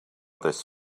this